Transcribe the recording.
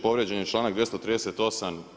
Povrijeđen je članak 238.